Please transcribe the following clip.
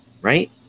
right